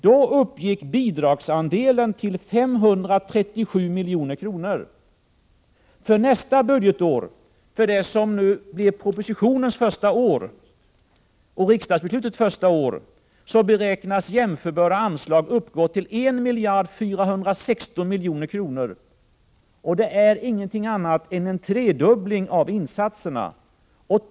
Då uppgick bidragsandelen till 537 milj.kr. För nästa budgetår, som blir propositionens och riksdagsbeslutets första år, beräknas jämförbara anslag uppgå till 1 416 milj.kr., och det är ingenting annat än en tredubbling av insatserna.